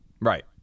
Right